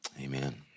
amen